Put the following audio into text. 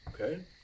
Okay